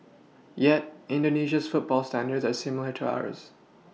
yet indonesia's football standards are similar to ours